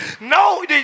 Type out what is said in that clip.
no